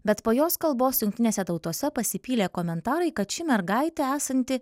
bet po jos kalbos jungtinėse tautose pasipylė komentarai kad ši mergaitė esanti